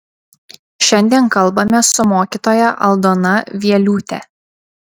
šiandien kalbamės su mokytoja aldona vieliūte